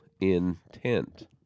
intent